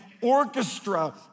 orchestra